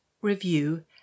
review